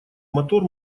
мотор